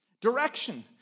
Direction